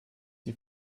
die